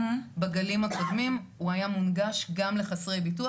בגלים הקודמים הוא היה מונגש גם לחסרי ביטוח,